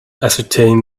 ascertain